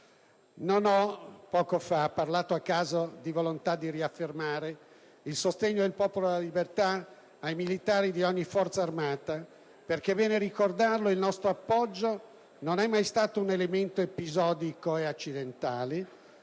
Non ho poco fa parlato a caso di volontà di riaffermare il sostegno del Popolo della Libertà ai militari di ogni Forza armata: perché, è bene ricordarlo, il nostro appoggio non è mai stato un elemento episodico ed accidentale,